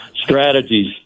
Strategies